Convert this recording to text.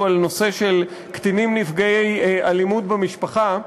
על הנושא של קטינים נפגעי אלימות במשפחה,